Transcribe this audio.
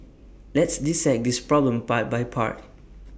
let's dissect this problem part by part